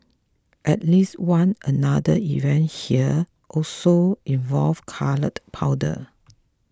at least one another event here also involved coloured powder